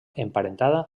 emparentada